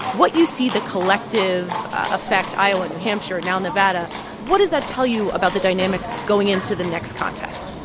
what you see the collective effect iowa, new hampshire, now nevada what does that tell you about the dynamics going into the next contest?